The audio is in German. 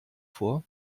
vor